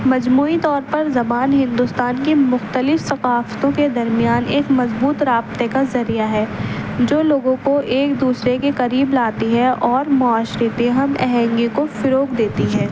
مجموعی طور پر زبان ہندوستان کی مختلف ثقافتوں کے درمیان ایک مضبوط رابطے کا ذریعہ ہے جو لوگوں کو ایک دوسرے کے قریب لاتی ہے اور معاشرتی ہم آہنگی کو فروغ دیتی ہے